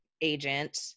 agent